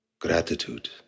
Gratitude